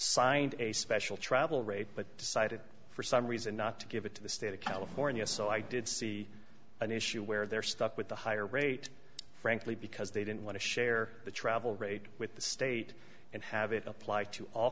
signed a special travel rate but decided for some reason not to give it to the state of california so i did see an issue where they're stuck with the higher rate frankly because they didn't want to share the travel rate with the state and have it apply to all